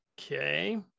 okay